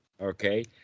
okay